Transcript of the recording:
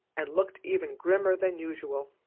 and looked even grimmer than usual.